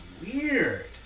weird